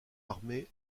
armé